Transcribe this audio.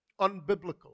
unbiblical